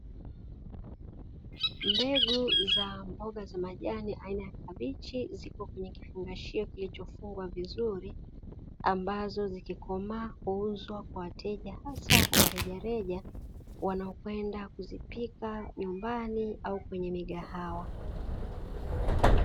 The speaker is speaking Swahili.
Mbegu za mboga za majani aina ya kabichi, zipo kwenye kifungashio kilichofungwa vizuri, ambazo zikikomaa huuzwa kwa wateja hasa wa rejareja ambao wanaenda kuzipika nyumbani au kwenye migahawa.